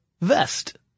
VEST